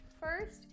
First